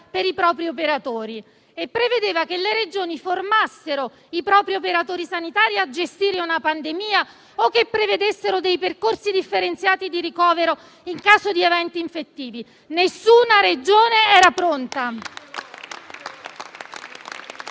per i propri operatori; prevedeva che le Regioni formassero i propri operatori sanitari per gestire una pandemia o che prevedessero percorsi differenziati di ricovero in caso di eventi infettivi. Nessuna Regione era pronta.